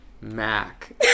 mac